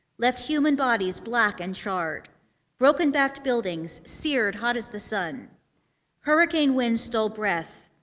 left human bodies black and charred broken-backed buildings, seared hot as the sun hurricane winds stole breath.